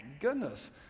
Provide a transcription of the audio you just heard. goodness